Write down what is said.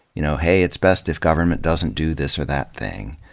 you know, hey it's best if government doesn't do this or that thing.